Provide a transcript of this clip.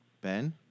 Ben